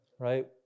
right